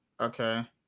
Okay